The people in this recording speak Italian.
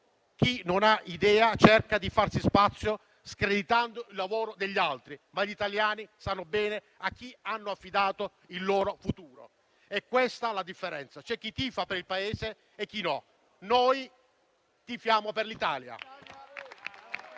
chi non ha idee cerca di farsi spazio screditando il lavoro degli altri, ma gli italiani sanno bene a chi hanno affidato il loro futuro. Questa è la differenza: c'è chi tifa per il Paese e chi non lo fa. Noi tifiamo per l'Italia.